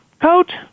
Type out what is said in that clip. coat